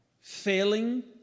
failing